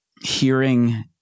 hearing